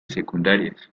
secundarias